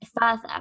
further